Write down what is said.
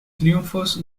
triunfos